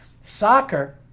Soccer